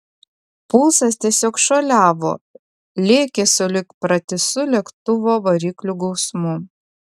pulsas tiesiog šuoliavo lėkė sulig pratisu lėktuvo variklių gausmu